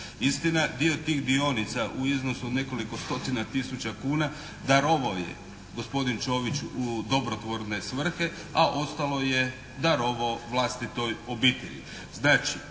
Istina dio tih dionica u iznosu od nekoliko stotina tisuća kuna darovao je gospodin Čović u dobrotvorne svrhe a ostalo je darovao vlastitoj obitelji.